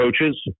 coaches